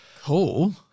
Cool